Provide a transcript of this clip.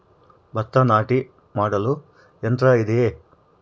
ಭತ್ತ ನಾಟಿ ಮಾಡಲು ಯಂತ್ರ ಇದೆಯೇ?